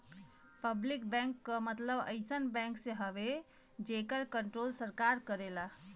public bank क मतलब अइसन बैंक से हउवे जेकर कण्ट्रोल सरकार करेला